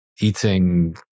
eating